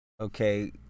Okay